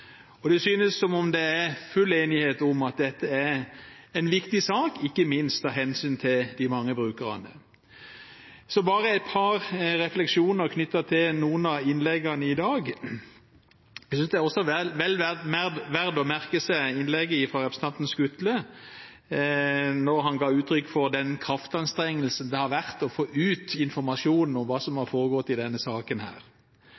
saken. Det synes som det er full enighet om at dette er en viktig sak, ikke minst med hensyn til de mange brukerne. Jeg har et par refleksjoner knyttet til noen av innleggene i dag. Jeg synes det er vel verdt å merke seg innlegget fra representanten Skutle, som ga uttrykk for den kraftanstrengelsen det har vært å få ut informasjonen om hva som har foregått i denne saken.